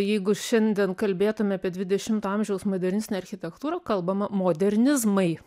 jeigu šiandien kalbėtume apie dvidešimto amžiaus modernistinę architektūrą kalbama modernizmai